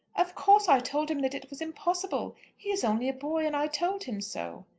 of course i told him that it was impossible. he is only a boy and i told him so.